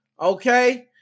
Okay